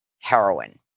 heroin